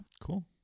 Cool